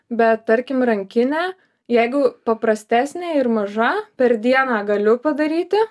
bet tarkim rankinę jeigu paprastesnę ir maža per dieną galiu padaryti